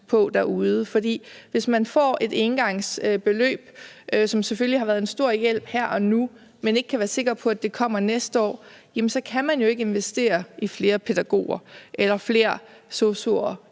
hvis man får et engangsbeløb, som selvfølgelig har været en stor hjælp her og nu, men ikke kan være sikker på, at det kommer næste år, så kan man jo ikke investere i flere pædagoger, flere sosu'er